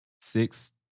six